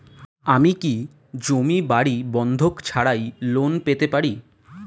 আমি কি জমি বাড়ি বন্ধক ছাড়াই লোন পেতে পারি?